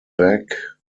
back